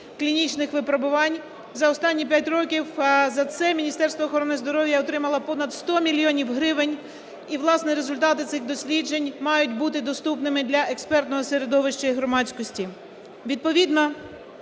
клінічних випробувань. За останні 5 років за це Міністерство охорони здоров'я отримало понад 100 мільйонів гривень, і, власне, результати цих досліджень мають бути доступними до експертного середовища і громадськості.